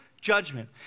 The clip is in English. Judgment